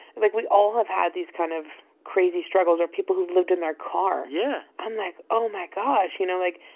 like, we all have had these kind of crazy struggles where people who've lived in their car. yeah i'm like, oh, my gosh you know? like,